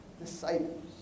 disciples